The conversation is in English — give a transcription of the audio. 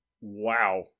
wow